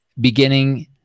beginning